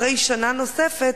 אחרי שנה נוספת,